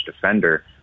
defender